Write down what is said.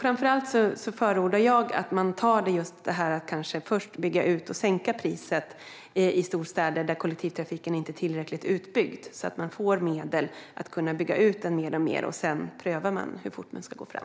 Jag förordar att man först bygger ut och sänker priset i storstäder där kollektivtrafiken inte är tillräckligt utbyggd så att man får medel att bygga ut den mer, och sedan prövar man hur fort man kan gå fram.